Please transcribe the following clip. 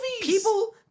People